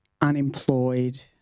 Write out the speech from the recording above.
unemployed